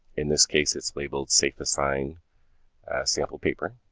in this case, it's labeled safe assign sample paper.